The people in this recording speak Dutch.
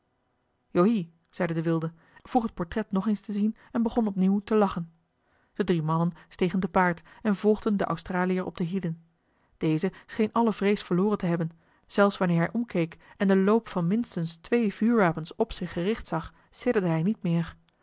zeide de wilde vroeg het portret nog eens te zien en begon opnieuw te lachen de drie mannen stegen te paard en volgden den australier op de hielen deze scheen alle vrees verloren te hebben zelfs wanneer hij omkeek en den loop van minstens twee vuurwapens op zich gericht zag sidderde hij niet meer